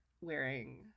wearing